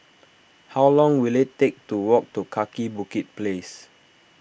how long will it take to walk to Kaki Bukit Place